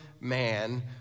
man